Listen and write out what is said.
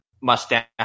mustache